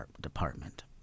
department